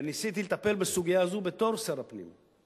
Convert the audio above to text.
וניסיתי לטפל בסוגיה הזאת בתור שר הפנים.